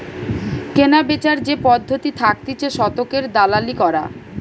কেনাবেচার যে পদ্ধতি থাকতিছে শতকের দালালি করা